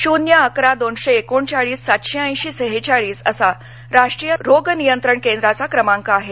शून्य अकरा दोनशे एकोणचाळीस सातशे ऐशी सेहेचाळीस असा हा राष्ट्रीय रोग नियंत्रण केंद्राचा क्रमांक आहे